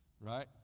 right